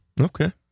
Okay